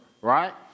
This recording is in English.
right